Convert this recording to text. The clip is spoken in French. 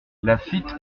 laffitte